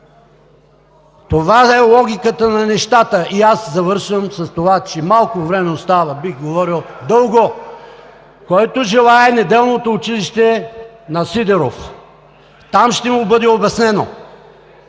Това да е логиката на нещата. Завършвам с това, че малко време остава, бих говорил дълго, който желае – неделното училище на Сидеров, там ще му бъде обяснено.